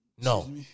No